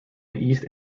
east